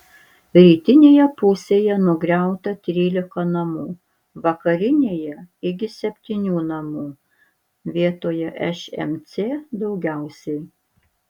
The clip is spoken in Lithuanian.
rytinėje pusėje nugriauta trylika namų vakarinėje iki septynių namų vietoje šmc daugiausiai